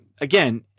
again